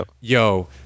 Yo